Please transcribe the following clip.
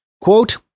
Quote